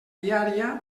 viària